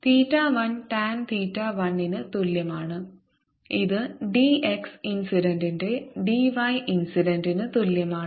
തീറ്റ 1 tan തീറ്റ 1 ന് തുല്യമാണ് ഇത് dx ഇൻസിഡന്റ് ന്റെ dy ഇൻസിഡന്റ് ന് തുല്യമാണ്